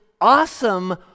awesome